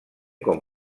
com